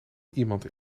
iemand